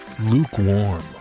lukewarm